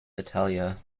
italia